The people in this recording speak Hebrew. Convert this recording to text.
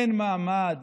אין מעמד